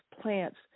plants